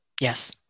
Yes